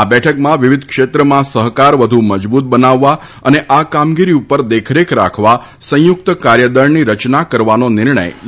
આ બેઠકમાં વિવિધ ક્ષેત્રમાં સહકાર વધુ મજબુત બનાવવા અને આ કામગીરી ઉપર દેખરેખ રાખવા સંયુકત કાર્યદળની રચના કરવાનો નિર્ણય લેવાયો હતો